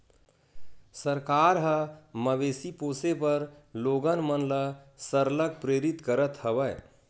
सरकार ह मवेशी पोसे बर लोगन मन ल सरलग प्रेरित करत हवय